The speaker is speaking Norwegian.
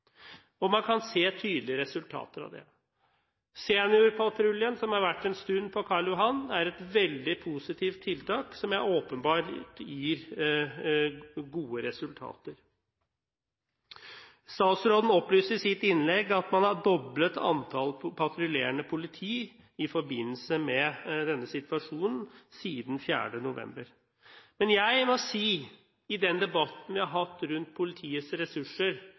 forbi. Man kan se tydelige resultater av det. Seniorpatruljen, som har vært på Karl Johan en stund, er et veldig positivt tiltak som åpenbart gir gode resultater. Statsråden opplyste i sitt innlegg at man har doblet antall patruljerende politi i forbindelse med denne situasjonen siden 4. november. Men jeg må si at i den debatten vi har hatt rundt politiets ressurser,